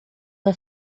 vai